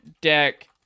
Deck